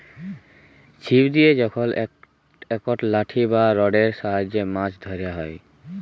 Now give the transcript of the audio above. ছিপ দিয়ে যখল একট লাঠি বা রডের সাহায্যে মাছ ধ্যরা হ্যয়